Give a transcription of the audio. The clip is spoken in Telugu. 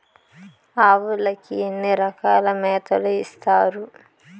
ఆవులకి ఎన్ని రకాల మేతలు ఇస్తారు?